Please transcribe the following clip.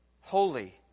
holy